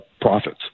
profits